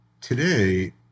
Today